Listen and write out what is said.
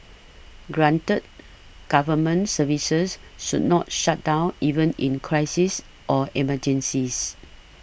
granted government services should not shut down even in crises or emergencies